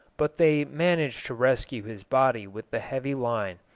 but they managed to rescue his body with the heavy line,